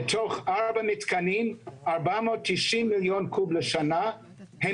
בתוך ארבעה מתקנים 490 מיליון קוב לשנה הם